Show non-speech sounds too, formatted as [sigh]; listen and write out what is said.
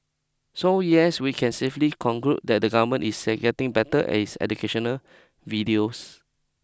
so yes we can safely conclude that the government is [unintelligible] getting better at its educational videos